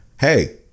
Hey